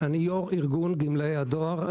אני יושב ראש ארגון גמלאי הדואר.